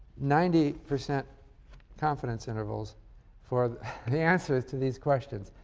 ninety percent confidence intervals for the answers to these questions.